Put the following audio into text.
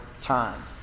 time